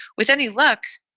with any luck.